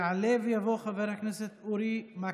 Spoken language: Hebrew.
יעלה ויבוא חבר הכנסת אורי מקלב.